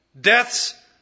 death's